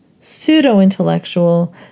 pseudo-intellectual